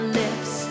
lips